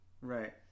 right